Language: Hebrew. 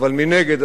אבל מנגד,